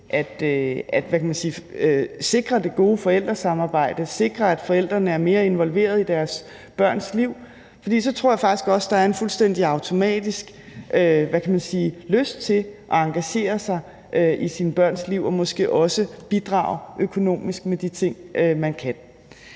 at sikre det gode forældresamarbejde, sikre, at forældrene er mere involveret i deres børns liv. For så tror jeg faktisk også, der er en fuldstændig automatisk lyst til at engagere sig i sine børns liv og måske også bidrage økonomisk med de ting, man kan.